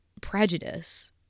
prejudice